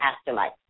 afterlife